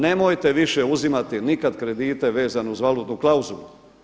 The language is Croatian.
Nemojte više uzimati nikad kredite vezene uz valutnu klauzulu.